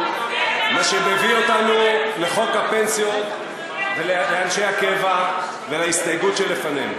מה שמביא אותנו לחוק הפנסיות לאנשי הקבע ולהסתייגות שלפנינו.